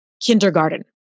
Kindergarten